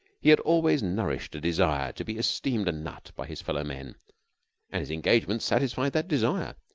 he had always nourished a desire to be esteemed a nut by his fellow men and his engagement satisfied that desire.